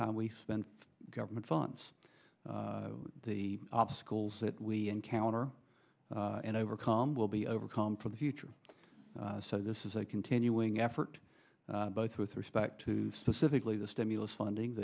time we spend government funds the obstacles that we encounter and overcome will be overcome for the future so this is a continuing effort both with respect to specifically the stimulus funding